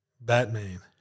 Batman